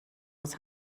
aus